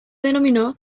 denominó